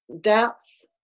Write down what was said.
doubts